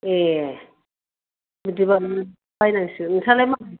एह बिदिबा बायनांसिगोन नोंस्रालाय मा